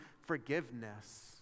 forgiveness